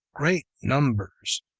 great numbers,